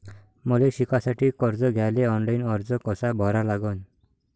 मले शिकासाठी कर्ज घ्याले ऑनलाईन अर्ज कसा भरा लागन?